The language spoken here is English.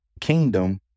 Kingdom